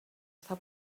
està